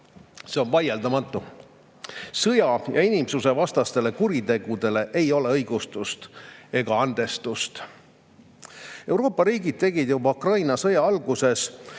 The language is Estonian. See on vaieldamatu. Inimsusvastastele ja sõjakuritegudele ei ole õigustust ega andestust. Euroopa riigid tegid juba Ukraina sõja alguses